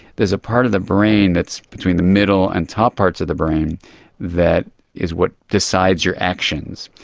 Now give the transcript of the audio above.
there is a part of the brain that's between the middle and top parts of the brain that is what decides your actions.